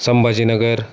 Sambhajinagar